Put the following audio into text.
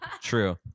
True